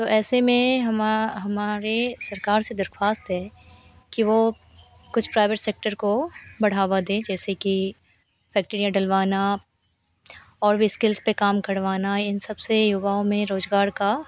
तो ऐसे में हमा हमारे सरकार से दरख्वास्त है कि वह कुछ प्राइवेट सेक्टर को बढ़ावा दे जैसे कि फैक्टरियाँ डलवाना और भी स्किल्स पर काम करवाना इन सबसे युवाओं में रोजगार का